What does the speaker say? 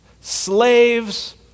slaves